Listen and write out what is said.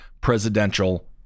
presidential